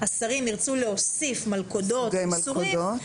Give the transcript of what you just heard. השרים ירצו להוסיף מלכודות --- סוגי מלכודות.